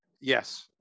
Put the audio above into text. Yes